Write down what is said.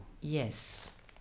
Yes